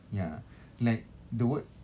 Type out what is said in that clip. ya like the word